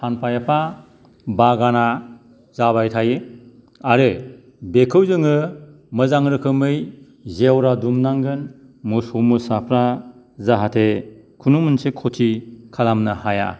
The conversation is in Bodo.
सानफा एफा बागाना जाबाय थायो आरो बेखौ जोङो मोजां रोखोमै जेवरा दुमनांगोन मोसौ मोसाफ्रा जाहाथे खुनु मोनसे खथि खालामनो हाया